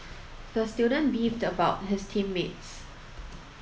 the student beefed about his team mates